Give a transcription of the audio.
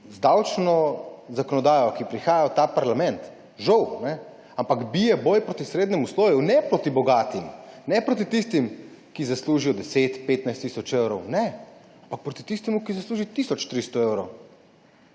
z davčno zakonodajo, ki prihaja v ta parlament, žal bije boj proti srednjemu sloju, ne proti bogatim, ne proti tistim, ki zaslužijo 10, 15 tisoč evrov, ampak proti tistemu, ki zasluži tisoč 300 evrov.